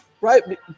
right